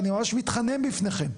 אני ממש מתחנן בפניכם.